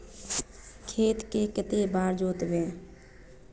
खेत के कते बार जोतबे?